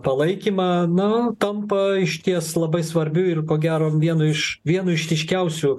palaikymą na tampa išties labai svarbiu ir ko gero vienu iš vienu iš ryškiausių